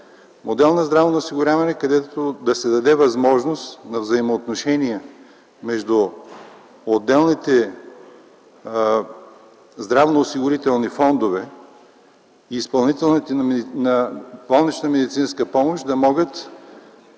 модел на здравно осигуряване, където да се даде възможност за взаимоотношения между отделните здравноосигурителни фондове и изпълнителите на болнична медицинска помощ, да могат